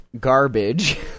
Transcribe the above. garbage